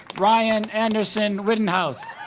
ryan anderson widenhouse